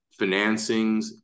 financings